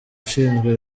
ushinzwe